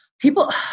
people